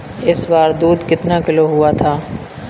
इस बार दूध कितना किलो हुआ है?